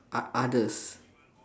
o~ others